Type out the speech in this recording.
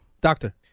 Doctor